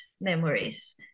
memories